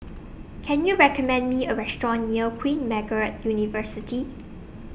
Can YOU recommend Me A Restaurant near Queen Margaret University